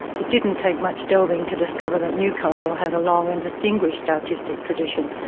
it didn't take much delving to discover that newcastle has a long and distinguished artistic tradition,